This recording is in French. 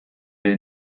est